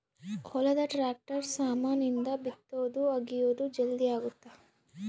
ಹೊಲದ ಟ್ರಾಕ್ಟರ್ ಸಾಮಾನ್ ಇಂದ ಬಿತ್ತೊದು ಅಗಿಯೋದು ಜಲ್ದೀ ಅಗುತ್ತ